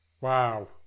wow